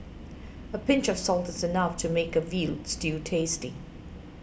a pinch of salt is enough to make a Veal Stew tasty